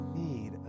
need